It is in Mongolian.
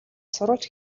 сурвалж